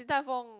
Din-Tai-Fung